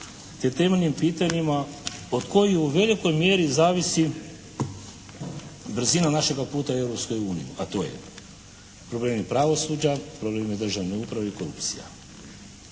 o temeljnim pitanjima od kojih u velikoj mjeri zavisi brzina našega puta u Europskoj uniji. A to je problemi pravosuđa, problemi državne uprave i korupcija.